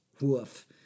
woof